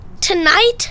Tonight